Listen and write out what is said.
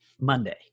monday